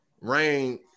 rain